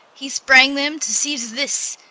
he sprang them to seize this!